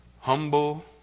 Humble